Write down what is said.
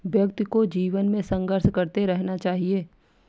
व्यक्ति को जीवन में संघर्ष करते रहना चाहिए